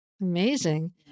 Amazing